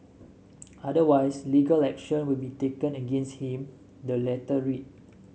otherwise legal action will be taken against him the letter read